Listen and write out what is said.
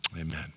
Amen